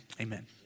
Amen